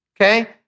okay